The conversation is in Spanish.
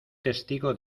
testigo